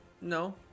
No